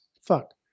fuck